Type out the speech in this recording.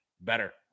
better